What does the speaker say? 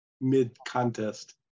mid-contest